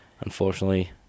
unfortunately